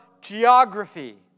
geography